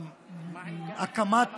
הקמת